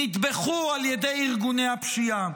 נטבחו, על ידי ארגוני הפשיעה?